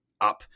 up